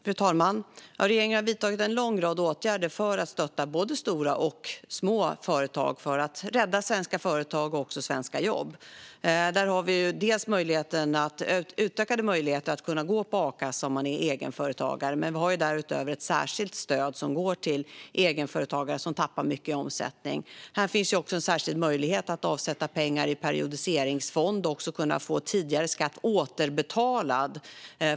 Fru talman! Regeringen har vidtagit en lång rad åtgärder för att stötta både stora och små företag och därmed rädda svenska företag och svenska jobb. Vi har bland annat infört utökade möjligheter att gå på a-kassa om man är egenföretagare. Därutöver finns ett särskilt stöd som går till egenföretagare som tappar mycket i omsättning. Här finns också en särskild möjlighet att avsätta pengar i periodiseringsfond och att få tidigare skatt återbetald.